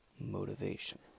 motivation